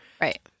Right